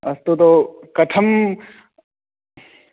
अस्तु तु कथं